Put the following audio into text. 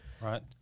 Right